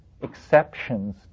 exceptions